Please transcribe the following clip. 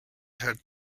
had